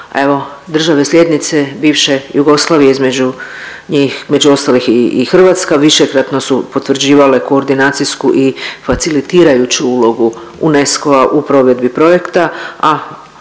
države slijednice bivše Jugoslavije između njih, među ostalih i Hrvatska, višekratno su potvrđivale koordinacijsku i facilitirajuću ulogu UNESCO-a u provedbi projekta,